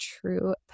true